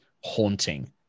haunting